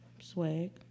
Swag